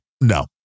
no